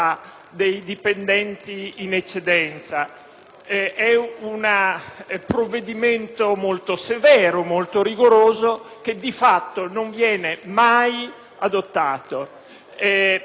di un provvedimento molto severo, molto rigoroso, che di fatto non viene mai adottato. Per questo motivo riteniamo che, senza